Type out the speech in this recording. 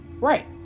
Right